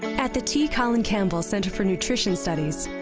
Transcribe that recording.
at the t colin campbell center for nutrition studies.